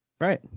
Right